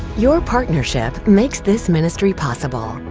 your partnership makes this ministry possible.